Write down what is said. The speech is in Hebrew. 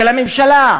של הממשלה,